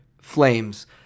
flames